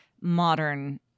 modern